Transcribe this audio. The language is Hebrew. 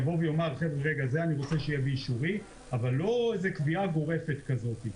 אבל שלא תהיה קביעה גורפת כזאת.